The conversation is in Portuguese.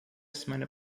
semana